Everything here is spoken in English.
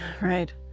Right